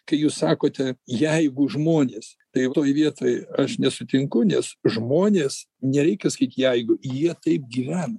kai jūs sakote jeigu žmonės tai jau toj vietoj aš nesutinku nes žmonės nereikia sakyt jeigu jie taip gyvena